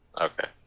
Okay